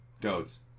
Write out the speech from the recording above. goats